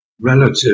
relative